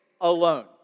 Alone